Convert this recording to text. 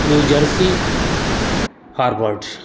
new jersey harvard